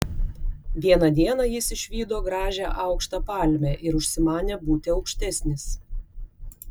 vieną dieną jis išvydo gražią aukštą palmę ir užsimanė būti aukštesnis